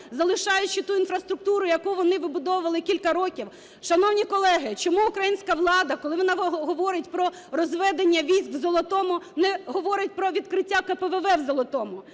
залишаючи ту інфраструктуру, яку вони вибудовували кілька років. Шановні колеги, чому українська влада, коли вона говорить про розведення військ в Золотому, не говорить про відкриття КПВВ в Золотому,